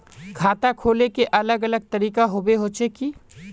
खाता खोले के अलग अलग तरीका होबे होचे की?